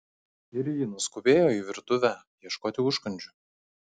ir ji nuskubėjo į virtuvę ieškoti užkandžių